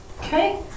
Okay